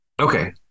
Okay